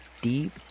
deep